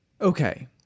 Okay